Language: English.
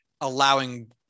allowing